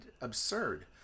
absurd